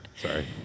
Sorry